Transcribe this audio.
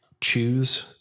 choose